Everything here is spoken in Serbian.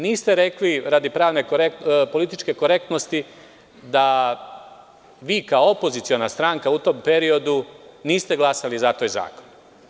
Niste rekli radi političke korektnosti, da vi kao opoziciona stranka u tom periodu niste glasali za taj zakon.